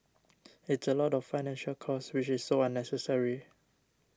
it's a lot of financial cost which is so unnecessary